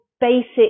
basic